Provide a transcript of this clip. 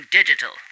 digital